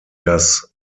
das